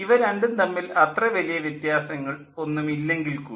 ഇവ രണ്ടും തമ്മിൽ അത്ര വലിയ വ്യത്യാസങ്ങൾ ഒന്നും ഇല്ലെങ്കിൽ കൂടി